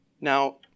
Now